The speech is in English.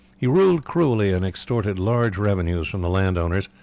he ruled cruelly and extorted large revenues from the land-owners,